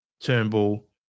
Turnbull